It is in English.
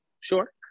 sure